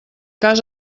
cas